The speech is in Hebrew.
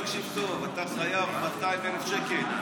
תקשיב טוב: אתה חייב 200,000 שקל,